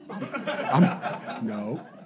No